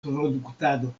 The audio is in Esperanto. produktado